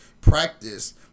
Practice